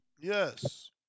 Yes